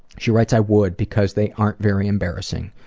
she writes i would, because they aren't very embarrassing.